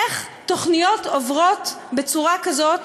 איך תוכניות עוברות בצורה כזאת?